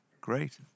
great